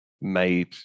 made